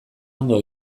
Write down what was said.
ondo